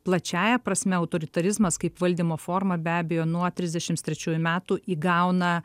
plačiąja prasme autoritarizmas kaip valdymo forma be abejo nuo trisdešimt trečiųjų metų įgauna